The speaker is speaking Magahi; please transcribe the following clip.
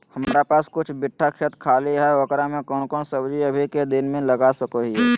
हमारा पास कुछ बिठा खेत खाली है ओकरा में कौन कौन सब्जी अभी के दिन में लगा सको हियय?